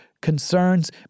concerns